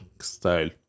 style